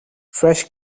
fresh